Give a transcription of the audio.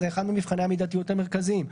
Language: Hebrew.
זה אחד ממבחני המידתיות המרכזיים.